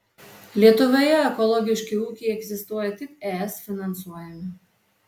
lietuvoje ekologiški ūkiai egzistuoja tik es finansuojami